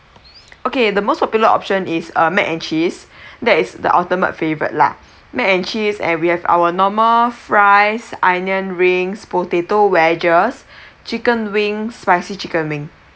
okay the most popular option is uh mac and cheese that is the ultimate favourite lah mac and cheese and we have our normal fries onion rings potato wedges chicken wings spicy chicken wing